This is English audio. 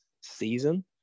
season